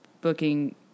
booking